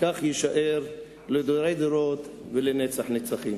כך יישאר לדורי דורות ולנצח נצחים.